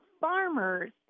farmers